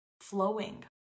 flowing